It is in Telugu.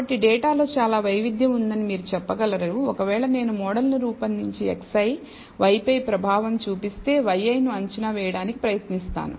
కాబట్టి డేటాలో చాలా వైవిధ్యం ఉందని మీరు చెప్పగలరు ఒకవేళ నేను మోడల్ను రూపొందించి xi y పై ప్రభావం చూపిస్తే yi ను అంచనా వేయడానికి ప్రయత్నిస్తాను